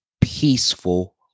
peaceful